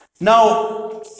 Now